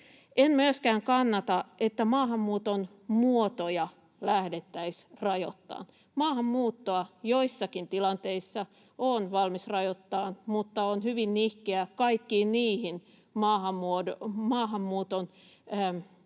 En myöskään kannata, että maahanmuuton muotoja lähdettäisiin rajoittamaan. Maahanmuuttoa joissakin tilanteissa olen valmis rajoittamaan, mutta olen hyvin nihkeä kaikkiin niihin maahanmuuton